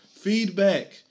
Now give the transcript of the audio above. feedback